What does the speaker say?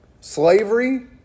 Slavery